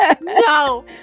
No